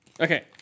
Okay